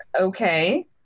Okay